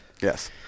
yes